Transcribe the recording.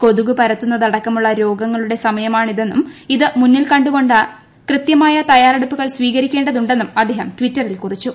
കൊതുക് പരത്തുന്നതട ക്കമുള്ള രോഗങ്ങളുടെ സമയമാണിതെന്നും ഇത് മുന്നിൽ കണ്ട് കൊണ്ട് കൃത്യമായ തയ്യാറെടുപ്പികൾ സ്വീകരിക്കേണ്ട തുണ്ടെന്നും അദ്ദേഹം ടിറ്ററിൽ കുറിച്ചു